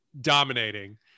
Dominating